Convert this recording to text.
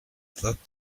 that